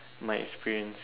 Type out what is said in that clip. my experience